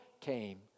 came